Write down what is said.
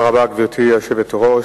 גברתי היושבת-ראש,